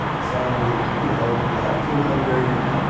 so, you know, we have two hundred,